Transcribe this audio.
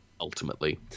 ultimately